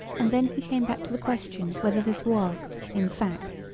and then he came back to the question whether this was, in fact,